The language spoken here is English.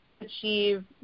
achieve